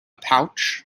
pouch